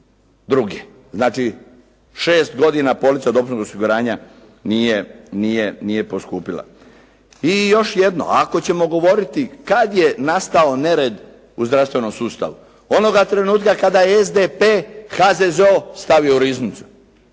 2002., znači 6 godina polica od dopunskog osiguranja nije poskupila. I još jedno, ako ćemo govoriti, kad je nastao nered u zdravstvenom sustavu? Onoga trenutka kada je SDP HZZO stavio u riznicu.